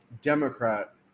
Democrat